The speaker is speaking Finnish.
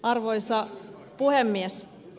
arvoisa puhemies